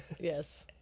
Yes